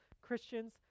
Christians